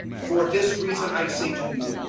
for this reason i say to you,